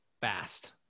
fast